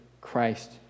Christ